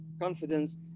confidence